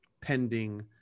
pending